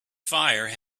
fire